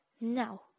Now